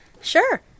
Sure